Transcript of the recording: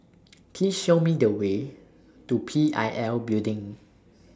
Please Show Me The Way to P I L Building